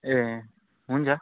ए हुन्छ